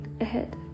ahead